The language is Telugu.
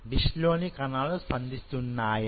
డిష్ లోని కణాలు స్పందిస్తున్నాయా